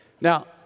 Now